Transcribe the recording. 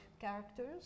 characters